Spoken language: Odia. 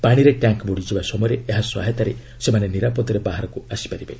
ପାଣିରେ ଟ୍ୟାଙ୍କ ବୁଡ଼ିଯିବା ସମୟରେ ଏହା ସହାୟତାରେ ସେମାନେ ନିରାପଦରେ ବାହାରକୁ ଆସିପାରିବେ